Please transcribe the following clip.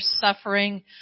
suffering